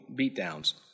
beatdowns